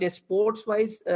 sports-wise